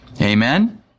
Amen